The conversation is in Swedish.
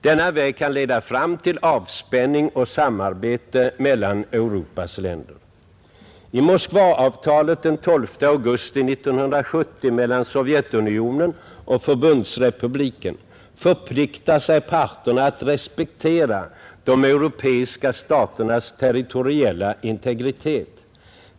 Denna väg kan leda fram till avspänning och samarbete mellan Europas länder. I Moskvaavtalet den 12 augusti 1970 mellan Sovjetunionen och Förbundsrepubliken förpliktar sig parterna att respektera de europeiska staternas territoriella integritet.